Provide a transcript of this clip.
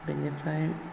बिनिफ्राय